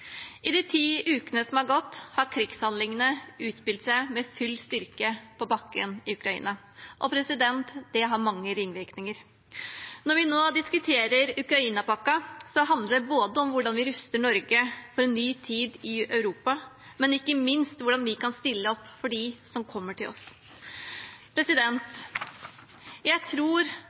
I de ti ukene som har gått, har krigshandlingene utspilt seg med full styrke på bakken i Ukraina. Det har mange ringvirkninger. Når vi nå diskuterer Ukraina-pakken, handler det både om hvordan vi ruster Norge for en ny tid i Europa, og ikke minst om hvordan vi kan stille opp for dem som kommer til oss. Jeg tror